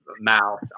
mouth